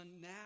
now